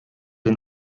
den